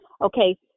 Okay